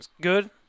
good